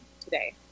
today